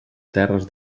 terres